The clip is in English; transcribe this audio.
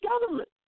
government